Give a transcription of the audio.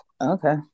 Okay